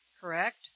correct